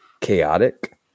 chaotic